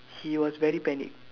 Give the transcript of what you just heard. he was very panic